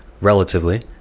relatively